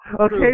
Okay